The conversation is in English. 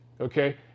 Okay